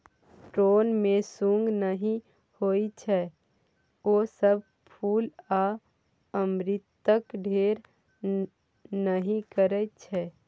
drone मे सुंग नहि होइ छै ओ सब फुल आ अमृतक ढेर नहि करय छै